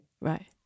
Right